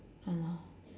ya lor